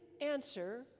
answer